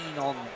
on